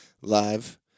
live